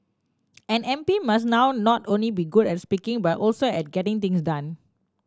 an M P must now not only be good at speaking but also at getting things done